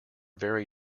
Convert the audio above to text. very